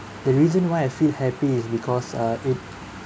the reason why I feel happy is because uh it